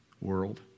world